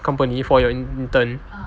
company for your intern